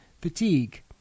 fatigue